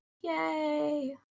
Yay